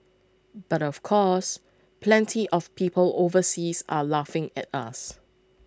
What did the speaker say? but of course plenty of people overseas are laughing at us